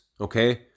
okay